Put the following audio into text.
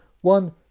one